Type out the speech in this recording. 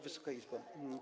Wysoka Izbo!